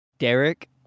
Derek